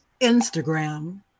Instagram